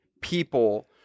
people